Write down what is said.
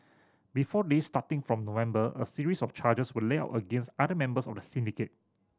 before this starting from November a series of charges were laid out against other members of the syndicate